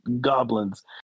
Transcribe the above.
goblins